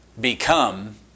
become